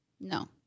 No